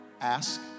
ask